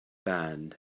band